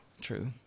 True